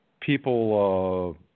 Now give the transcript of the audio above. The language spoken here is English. people